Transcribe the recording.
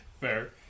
Fair